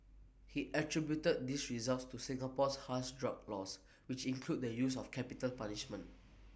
he attributed these results to Singapore's harsh drug laws which include the use of capital punishment